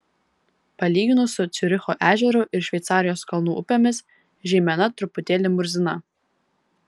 palyginus su ciuricho ežeru ir šveicarijos kalnų upėmis žeimena truputėlį murzina